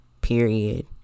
period